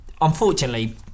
unfortunately